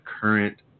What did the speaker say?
current